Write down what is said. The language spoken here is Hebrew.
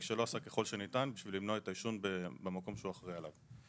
שלא עשה ככל שניתן כדי למנוע את העישון במקום שהוא אחראי עליו.